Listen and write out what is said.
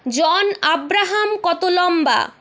জন আব্রাহাম কত লম্বা